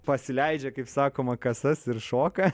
pasileidžia kaip sakoma kasas ir šoka